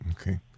Okay